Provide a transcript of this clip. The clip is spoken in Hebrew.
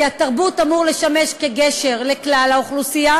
כי התרבות אמורה לשמש כגשר לכלל האוכלוסייה